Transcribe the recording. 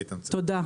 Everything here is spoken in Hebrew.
טוב,